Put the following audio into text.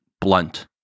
blunt